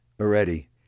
already